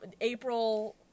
April